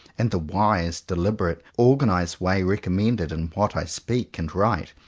and the wise, deliberately or ganized way recommended in what i speak and write,